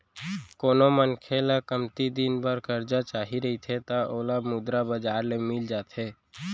कोनो मनखे ल कमती दिन बर करजा चाही रहिथे त ओला मुद्रा बजार ले मिल जाथे